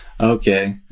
Okay